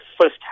first